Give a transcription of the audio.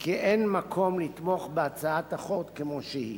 כי אין מקום לתמוך בהצעת החוק כמו שהיא,